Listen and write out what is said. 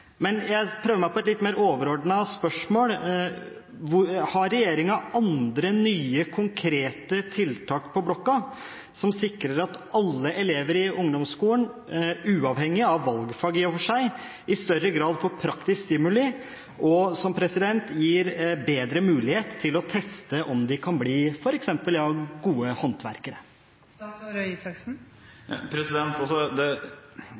Jeg prøver meg på et mer overordnet spørsmål: Har regjeringen andre, nye, konkrete tiltak på blokka som sikrer at alle elever i ungdomsskolen, uavhengig av valgfag i og for seg, i større grad får praktisk stimuli, og som gir bedre mulighet til å teste om de kan bli f.eks. gode